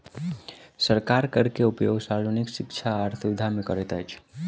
सरकार कर के उपयोग सार्वजनिक शिक्षा आर सुविधा में करैत अछि